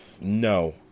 No